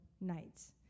nights